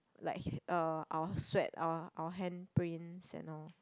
like um our sweat our our handprints and all